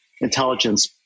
intelligence